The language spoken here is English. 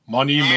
Money